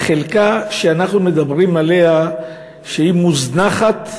החלקה שאנחנו מדברים עליה, שהיא מוזנחת מאוד,